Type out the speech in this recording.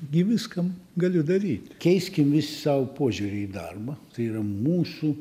gi viskam galiu daryti keiskim vis savo požiūrį į darbą tai yra mūsų